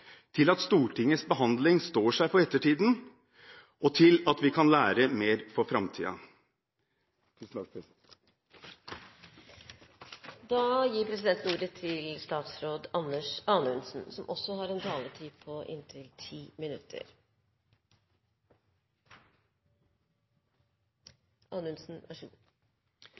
til at Stortingets behandling står seg for ettertiden og til at vi kan lære mer for framtiden. Støttegruppen etter «Scandinavian Star»-ulykken sendte et brev til